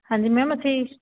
ਹਾਂਜੀ ਮੈਮ ਅਸੀਂ